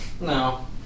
No